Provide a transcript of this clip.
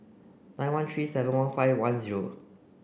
nine one three seven one five one zero